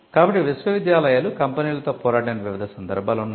కాబట్టి విశ్వవిద్యాలయాలు కంపెనీలతో పోరాడిన వివిధ సందర్భాలు ఉన్నాయి